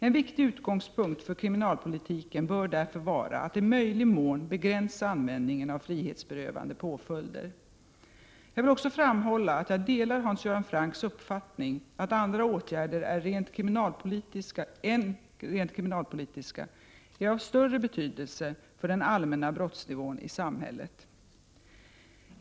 En viktig utgångspunkt för kriminalpolitiken bör därför vara att i möjlig mån begränsa användningen av frihetsberövande påföljder. Jag vill också framhålla att jag delar Hans Göran Francks uppfattning att andra åtgärder än rent kriminalpolitiska är av större betydelse för den allmänna brottsnivån i samhället.